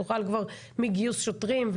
מגיוס שוטרים,